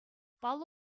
паллӑ